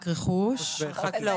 וחקלאות.